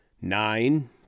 Nine